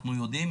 אנחנו יודעים?